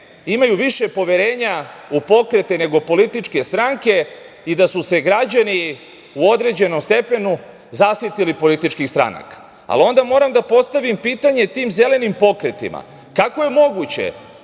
imaju više poverenja u pokrete nego u političke stranke i da su se građani u određenom stepenu zasitili političkih stranaka, ali onda moram da postavim pitanje tim zelenim pokretima – kako je moguće